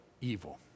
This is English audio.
evil